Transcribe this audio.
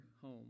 home